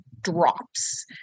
drops